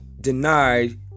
denied